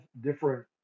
different